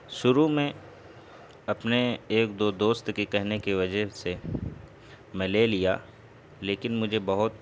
شروع میں اپنے ایک دو دوست کے کہنے کی وجہ سے میں لے لیا لیکن مجھے بہت